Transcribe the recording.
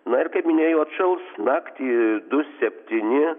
na ir kaip minėjau atšals naktį du septyni